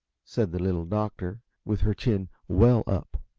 said the little doctor, with her chin well up.